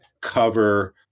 cover